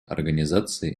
организации